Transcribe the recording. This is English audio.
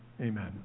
Amen